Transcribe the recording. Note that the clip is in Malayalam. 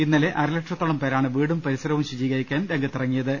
ഇന്നലെ അര ലക്ഷത്തോളം പേരാണ് വീടും പരിസർവും ശുചിയാക്കാൻ രംഗത്തിറങ്ങിയത്